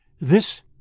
This